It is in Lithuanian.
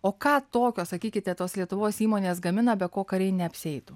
o ką tokio sakykite tos lietuvos įmonės gamina be ko kariai neapsieitų